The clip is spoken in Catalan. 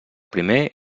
primer